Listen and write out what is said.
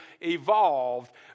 evolved